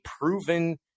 proven